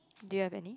do you have any